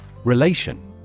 Relation